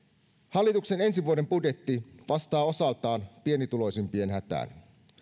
hallituksen ensi vuoden budjetti vastaa osaltaan pienituloisimpien hätään